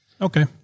Okay